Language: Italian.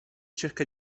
cerca